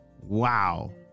Wow